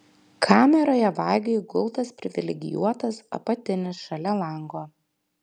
kameroje vagiui gultas privilegijuotas apatinis šalia lango